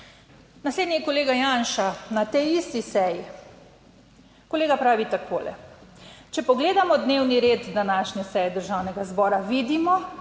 Naslednji je kolega Janša na tej isti seji. Kolega pravi takole: "Če pogledamo dnevni red današnje seje Državnega zbora vidimo,